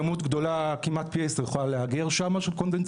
יכולה להיאגר שם כמות גדולה כמעט פי 10 של קונדנסט